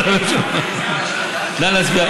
נא להצביע.